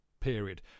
period